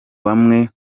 bamwe